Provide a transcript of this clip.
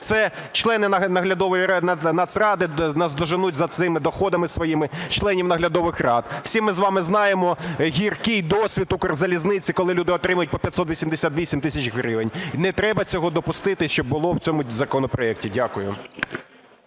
це члени наглядової… Нацради у нас доженуть за цими доходами своїми членів наглядових рад. Всі ми з вами знаємо гіркий довід Укрзалізниці, коли люди отримують 588 тисяч гривень. Не треба цього допустити, щоб було в цьому законопроекті. Дякую.